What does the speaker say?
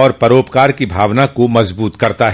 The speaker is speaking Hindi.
और परोपकार की भावना को मजबूत करता है